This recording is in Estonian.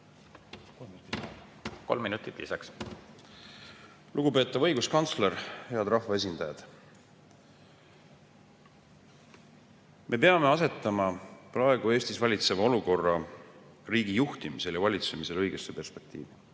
Kolm minutit lisaks. Lugupeetav õiguskantsler! Head rahvaesindajad! Me peame asetama praegu Eestis valitseva olukorra riigi juhtimisel ja valitsemisel õigesse perspektiivi.